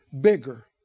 bigger